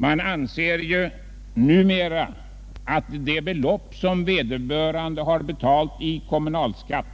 Man anser ju numera att det belopp som den skattskyldige har betalt i kommunalskatt